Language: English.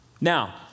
Now